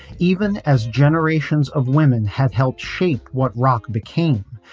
even as generations of women have helped shape what rock became,